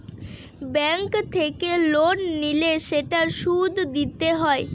bank থেকে loan নিলে সেটার সুদ দিতে হয়